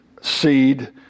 seed